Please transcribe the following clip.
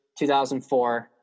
2004